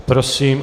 Prosím.